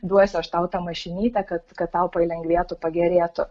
duosiu aš tau tą mašinytę kad kad tau palengvėtų pagerėtų